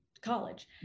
college